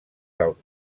del